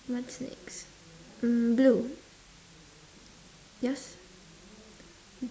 what's next mm blue yours